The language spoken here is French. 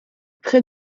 près